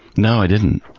no, i didn't.